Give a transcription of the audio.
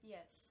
Yes